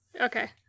Okay